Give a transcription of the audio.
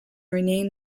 rename